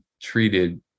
treated